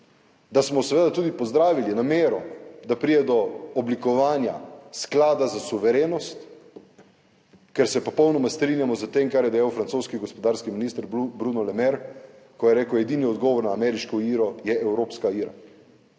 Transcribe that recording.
da smo seveda tudi pozdravili namero, da pride do oblikovanja sklada za suverenost, ker se popolnoma strinjamo s tem, kar je dejal francoski gospodarski minister Bruno Le Maire, ko je rekel, edini odgovor na ameriško IRO je evropska IRA.